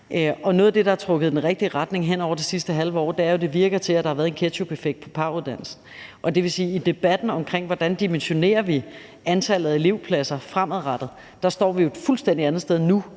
Noget af det, der har trukket i den rigtige retning hen over det sidste halve år, er jo, at det virker, som om der har været en ketchupeffekt på pau-uddannelsen. Det vil sige, at i debatten omkring, hvordan vi dimensionerer antallet af elevpladser fremadrettet, står vi jo et fuldstændig andet sted nu,